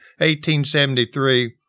1873